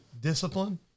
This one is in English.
discipline